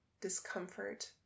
discomfort